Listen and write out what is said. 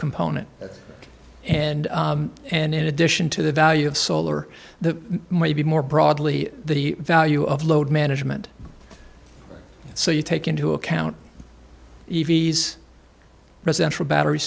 component and and in addition to the value of solar the might be more broadly the value of load management so you take into account evey's residential battery